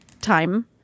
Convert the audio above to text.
time